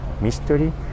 mystery